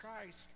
Christ